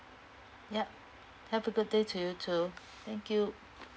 yup have a good day to you too thank you